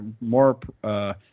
more